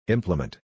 Implement